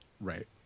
Right